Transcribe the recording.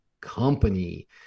company